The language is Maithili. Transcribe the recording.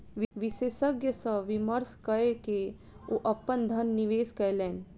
विशेषज्ञ सॅ विमर्श कय के ओ अपन धन निवेश कयलैन